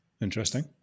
Interesting